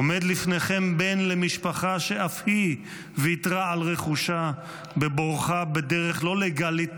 "עומד לפניכם בן למשפחה שאף היא ויתרה על רכושה בבורחה בדרך לא לגלית,